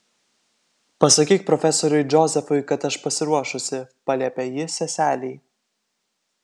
pasakyk profesoriui džozefui kad aš pasiruošusi paliepė ji seselei